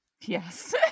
Yes